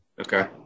Okay